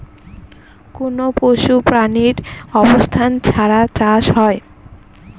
কোনো পশু প্রাণীর অবস্থান ছাড়া চাষ হয়